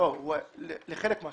נכון, לחלק מהשנה.